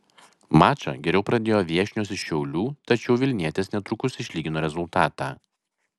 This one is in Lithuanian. mačą geriau pradėjo viešnios iš šiaulių tačiau vilnietės netrukus išlygino rezultatą